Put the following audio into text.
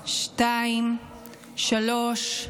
2, 3,